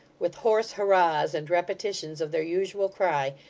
with hoarse hurrahs and repetitions of their usual cry,